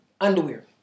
underwear